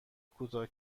کوتاه